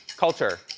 kulture.